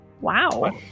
Wow